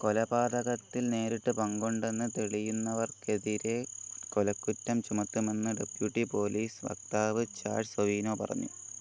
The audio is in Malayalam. കൊലപാതകത്തിൽ നേരിട്ട് പങ്കുണ്ടെന്ന് തെളിയുന്നവർക്കെതിരെ കൊലക്കുറ്റം ചുമത്തുമെന്ന് ഡെപ്യൂട്ടി പോലീസ് വക്താവ് ചാൾസ് ഒവിനോ പറഞ്ഞു